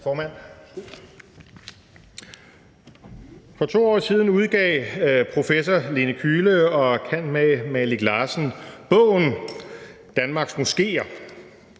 For 2 år siden udgav professor Lene Kühle og cand. mag. Malik Larsen bogen »Danmarks Moskéer«.